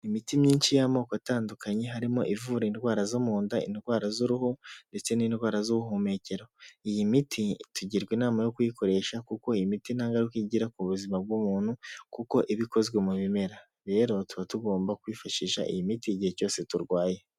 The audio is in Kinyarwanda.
Imiti myinshi y'amoko atandukanye, harimo ivura indwara zo mu nda, indwara z'uruhu ndetse n'indwara z'ubuhumekero, iyi miti tugirwa inama yo kuyikoresha kuko iyi imiti nta ngaruka igira ku buzima bw'umuntu, kuko iba ikozwe mu bimera, rero tuba tugomba kwifashisha iyi miti igihe cyose turwaye.